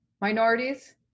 minorities